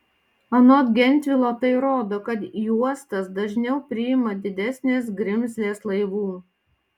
anot gentvilo tai rodo kad į uostas dažniau priima didesnės grimzlės laivų